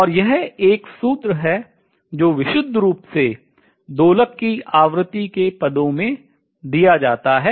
और यह एक सूत्र है जो विशुद्ध रूप से दोलक की आवृत्ति के terms पदों में दिया जाता है